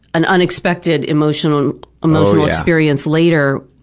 an unexpected emotional emotional experience later,